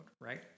right